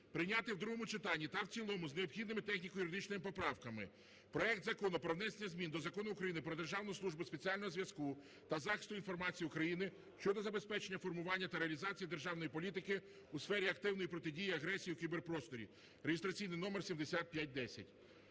прийняти в другому читанні та в цілому з необхідними техніко-юридичними поправками проект Закону про внесення змін до Закону України "Про Державну службу спеціального зв'язку та захисту інформації України" щодо забезпечення формування та реалізації державної політики у сфері активної протидії агресії у кіберпросторі (реєстраційний номер 7510).